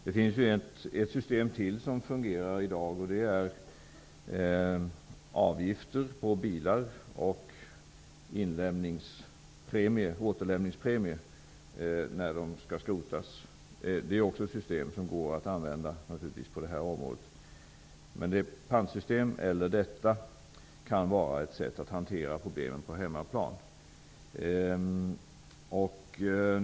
Det finns ett system till som fungerar i dag, och det är avgifter på bilar och återlämningspremie när de skrotas. Det är ett system som naturligtvis också går att använda på det här området. Ett pantsystem eller detta kan vara ett sätt att hantera problemen på hemmaplan.